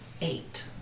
Eight